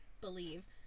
believe